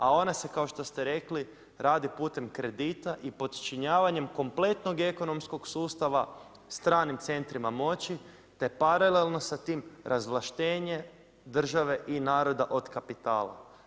A ona se kao što ste rekli, radi putem kredita i podčinjavanjem kompletnog ekonomskog sustava stranim centrima moći, te paralelno sa tim, razvlaštenje države i naroda od kapitala.